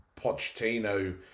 Pochettino